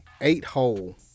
eight-hole